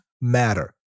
matter